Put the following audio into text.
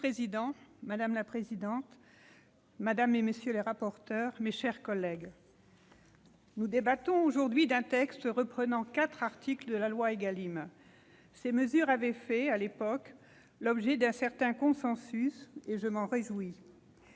madame la présidente de la commission, madame, messieurs les rapporteurs, mes chers collègues, nous débattons aujourd'hui d'un texte reprenant quatre articles de la loi Égalim, lesquels avaient fait, à l'époque, l'objet d'un certain consensus, et je m'en réjouis.